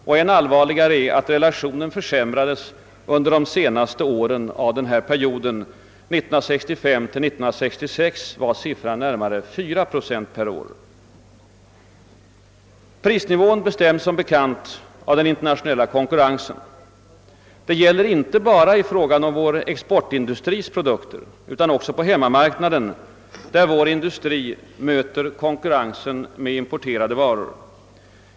Och än allvarligare är att relationen försämrats under de senaste åren av perioden. 1965—1966 var siffran närmare 4 procent per år. Prisnivån bestäms som bekant av den internationella konkurrensen. Det gäller inte bara i fråga om vår exportindustris produkter utan också på hemmamarknaden, där vår industri möter konkurrensen med importerade varor.